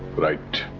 right?